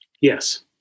Yes